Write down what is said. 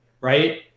right